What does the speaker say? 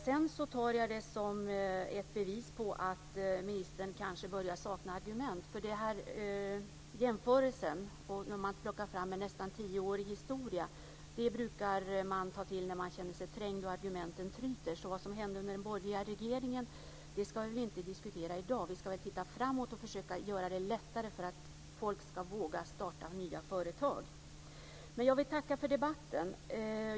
När ministern gör en jämförelse och plockar fram en nästan tioårig historia tar jag det som ett bevis på att han kanske börjar sakna argument. Det brukar man ta till när man känner sig trängd och när argumenten tryter. Vad som hände under den borgerliga regeringen ska vi väl inte diskutera i dag? Vi ska väl titta framåt och försöka göra det lättare för människor att våga starta nya företag. Jag vill tacka för debatten.